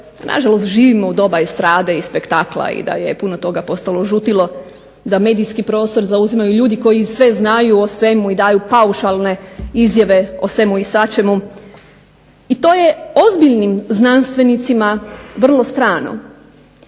nažalost živimo u doba estrade i spektakla i da je puno toga postalo žutilo da medijski prostor zauzimaju ljudi koji sve znaju o svemu i daju paušalne izjave o svemu i svačemu. I to je ozbiljnim znanstvenicima vrlo strane.